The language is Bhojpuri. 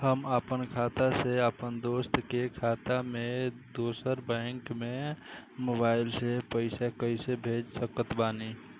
हम आपन खाता से अपना दोस्त के खाता मे दोसर बैंक मे मोबाइल से पैसा कैसे भेज सकत बानी?